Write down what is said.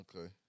okay